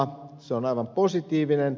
se on positiivista